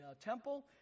temple